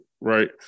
right